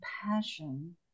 compassion